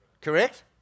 correct